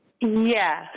Yes